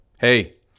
hey